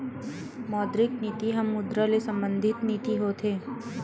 मौद्रिक नीति ह मुद्रा ले संबंधित नीति होथे